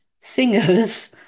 singers